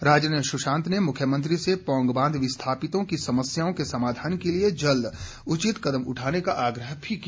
राजन सुशांत ने मुख्यमंत्री से पौंग बांध विस्थापितों की समस्याओं के समाधान के लिए जल्द उचित कदम उठाने का आग्रह किया